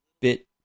bit